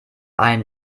ein